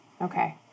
Okay